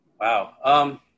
Wow